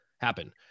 happen